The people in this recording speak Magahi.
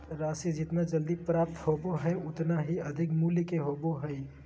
राशि जितना जल्दी प्राप्त होबो हइ उतना ही अधिक मूल्य के होबो हइ